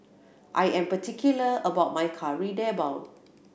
I am particular about my Kari Debal